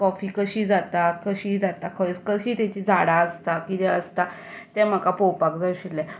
coffee कशी जाता कशी जाता खंय कशीं तेचीं झाडां आसता कितें आसता तें म्हाका पळोवपाक जाय आशिल्लें